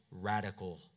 radical